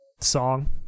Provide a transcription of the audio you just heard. song